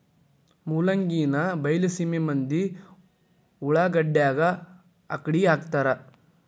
ಮೂಲಂಗಿನಾ ಬೈಲಸೇಮಿ ಮಂದಿ ಉಳಾಗಡ್ಯಾಗ ಅಕ್ಡಿಹಾಕತಾರ